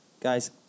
Guys